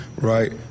right